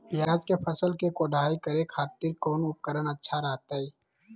प्याज के फसल के कोढ़ाई करे खातिर कौन उपकरण अच्छा रहतय?